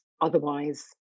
Otherwise